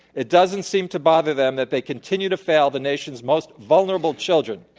it doesn't seem to bother them that they continue to fail the nation's most vulnerable children.